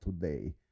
today